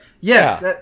Yes